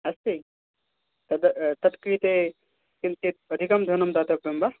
अस्ति तद् तत्कृते किञ्चित् अधिकं धनं दातव्यं वा